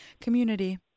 community